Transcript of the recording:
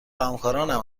همکارانم